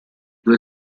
due